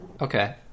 Okay